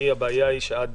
היא הבעיה שעד